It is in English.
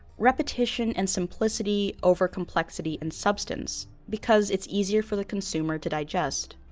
repetition and simplicity over complexity and substance because it's easier for the consumer to digest.